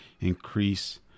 increase